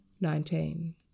Nineteen